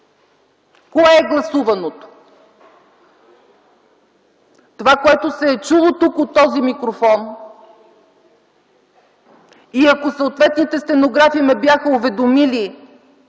Кое е гласуваното? Това, което се е чуло тук от този микрофон, и ако съответните стенографи ме бяха уведомили,